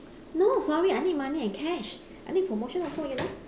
no sorry I need money and cash I need promotion also you know